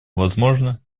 возможно